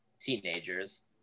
teenagers